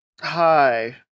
Hi